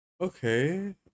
okay